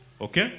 Okay